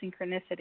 synchronicity